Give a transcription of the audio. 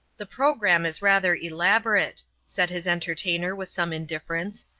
the programme is rather elaborate, said his entertainer with some indifference.